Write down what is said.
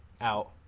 out